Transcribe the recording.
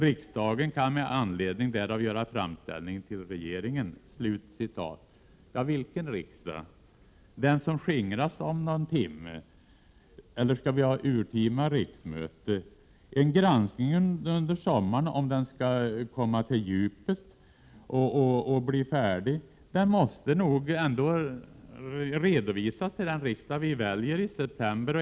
Riksdagen kan med anledning därav göra framställning till regeringen.” Ja, vilken riksdag — den som skingras om någon timme? Eller skall vi ha urtima riksmöte? En granskning under sommaren, om den skall komma till djupet och bli färdig, måste nog redovisas till den riksdag vi väljer i september.